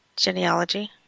genealogy